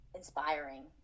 inspiring